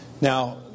Now